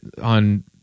on